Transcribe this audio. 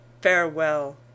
farewell